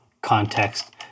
context